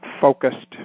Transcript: focused